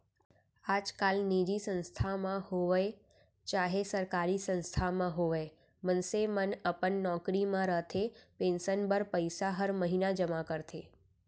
आजकाल निजी संस्था म होवय चाहे सरकारी संस्था म होवय मनसे मन अपन नौकरी म रहते पेंसन बर पइसा हर महिना जमा करथे